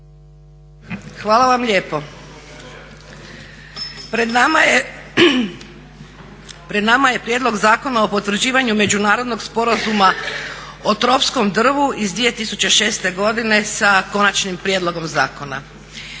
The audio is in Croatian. Hvala vam lijepo. Pred nama je prijedlog Zakona o potvrđivanju međunarodnog sporazuma o tropskom drvu iz 2006. godine sa konačnim prijedlogom zakona.